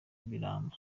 birambo